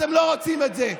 אתם לא רוצים את זה,